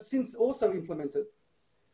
יש הרבה אנשים שכבר נמצאים בזירה הדיגיטלית,